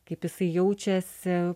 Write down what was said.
kaip jisai jaučiasi